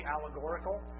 allegorical